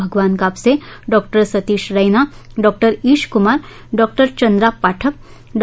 भगवान Kapse Dr Satish Raina Dr Ish Kumar Dr Chandra Pathak डॉ